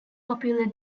popular